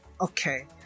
okay